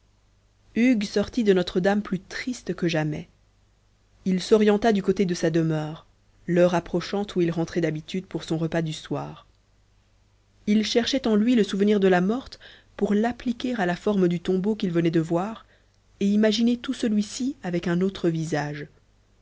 hugues sortit de notre-dame plus triste que jamais il s'orienta du côté de sa demeure l'heure approchant où il rentrait d'habitude pour son repas du soir il cherchait en lui le souvenir de la morte pour l'appliquer à la forme du tombeau qu'il venait de voir et imaginer tout celui-ci avec un autre visage